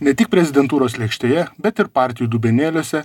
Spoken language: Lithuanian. ne tik prezidentūros lėkštėje bet ir partijų dubenėliuose